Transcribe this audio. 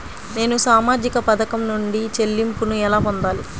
నేను సామాజిక పథకం నుండి చెల్లింపును ఎలా పొందాలి?